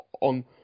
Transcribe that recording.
on